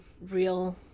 real